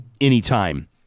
anytime